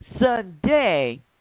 Sunday